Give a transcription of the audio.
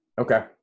okay